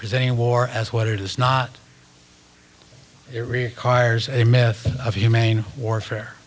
present in war as what it is not it requires a myth of humane warfare